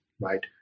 right